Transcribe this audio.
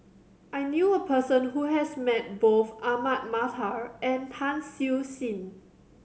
I knew a person who has met both Ahmad Mattar and Tan Siew Sin